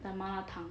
the 麻辣汤